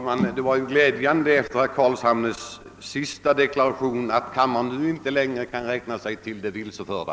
Herr talman! Efter herr Carlshamres senaste deklaration behöver kammaren inte längre räkna sig till de vilseförda.